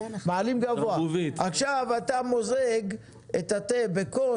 עכשיו אתה מוזג את התה בכוס,